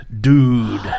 Dude